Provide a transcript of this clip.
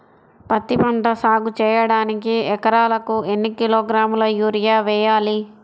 పత్తిపంట సాగు చేయడానికి ఎకరాలకు ఎన్ని కిలోగ్రాముల యూరియా వేయాలి?